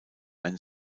ein